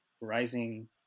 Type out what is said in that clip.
rising